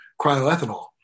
cryoethanol